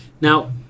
Now